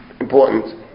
important